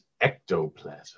ectoplasm